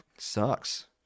Sucks